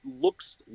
looks